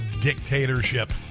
dictatorship